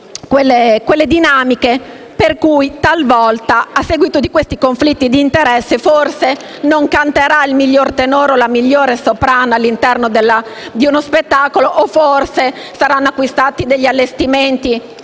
quelle dinamiche per cui talvolta, a seguito di questi conflitti d'interesse, forse non canterà il miglior tenore o la migliore soprano in uno spettacolo o forse saranno acquistati degli allestimenti